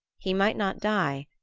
he might not die,